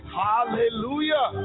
hallelujah